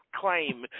claim